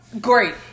great